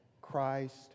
Christ